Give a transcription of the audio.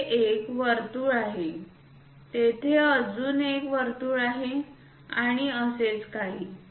तेथे एक वर्तुळ आहे तेथे अजून एक वर्तुळ आहे आणि असेच काही